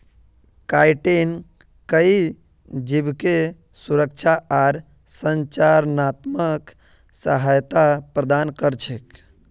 chitin कई जीवके सुरक्षा आर संरचनात्मक सहायता प्रदान कर छेक